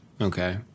okay